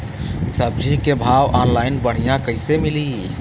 सब्जी के भाव ऑनलाइन बढ़ियां कइसे मिली?